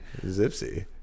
Zipsy